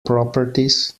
properties